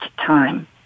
time